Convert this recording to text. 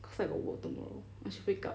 cause I got work tomorrow I should wake up